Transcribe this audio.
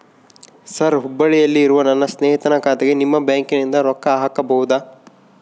Sir ಹುಬ್ಬಳ್ಳಿಯಲ್ಲಿ ಇರುವ ನನ್ನ ಸ್ನೇಹಿತನ ಖಾತೆಗೆ ನಿಮ್ಮ ಬ್ಯಾಂಕಿನಿಂದ ರೊಕ್ಕ ಹಾಕಬಹುದಾ?